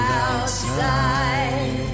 outside